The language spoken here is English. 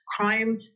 crime